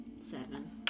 seven